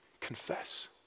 confess